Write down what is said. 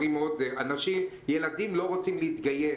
ילדים לא רוצים להתגייס.